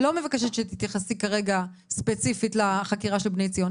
לא מבקשת שתתייחסי כרגע ספציפית לחקירה של בני ציון.